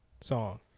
song